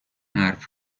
حرف